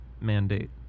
mandate